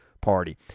party